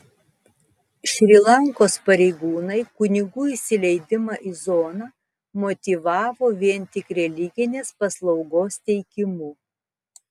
šri lankos pareigūnai kunigų įsileidimą į zoną motyvavo vien tik religinės paslaugos teikimu